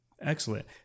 Excellent